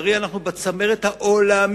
ולצערי אנחנו בצמרת העולמית